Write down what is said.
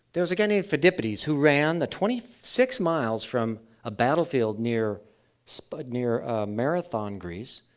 there is a guy named pheidippides who ran the twenty six miles from a battle field near so but near marathon, greece,